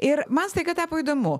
ir man staiga tapo įdomu